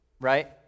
right